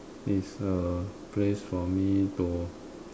it's a place for me to